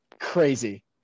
crazy